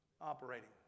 operating